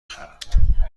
بخرم